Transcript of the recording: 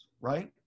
right